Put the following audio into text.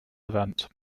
event